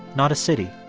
not a city.